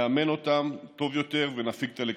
נאמן אותם טוב יותר ונפיק את הלקחים.